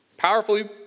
Powerfully